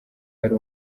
yari